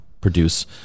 produce